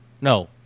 No